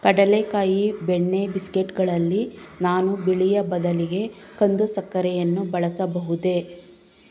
ಕಡಲೆಕಾಯಿ ಬೆಣ್ಣೆ ಬಿಸ್ಕೆಟ್ಗಳಲ್ಲಿ ನಾನು ಬಿಳಿಯ ಬದಲಿಗೆ ಕಂದು ಸಕ್ಕರೆಯನ್ನು ಬಳಸಬಹುದೇ